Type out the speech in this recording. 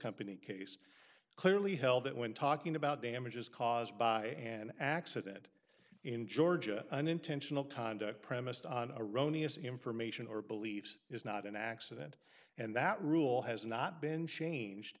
company case clearly held that when talking about damages caused by an accident in georgia an intentional conduct premised on a rony us information or beliefs is not an accident and that rule has not been changed